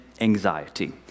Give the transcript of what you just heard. anxiety